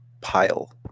pile